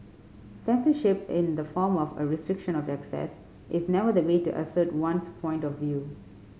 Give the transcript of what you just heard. censorship in the form of a restriction of access is never the way to assert one's point of view